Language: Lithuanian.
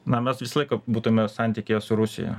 na mes visą laiką būtume santykyje su rusija